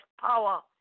power